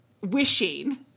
wishing